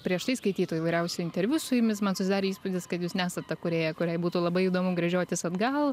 prieš tai skaitytų įvairiausių interviu su jumis man susidarė įspūdis kad jūs nesat ta kūrėja kuriai būtų labai įdomu gręžiotis atgal